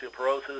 osteoporosis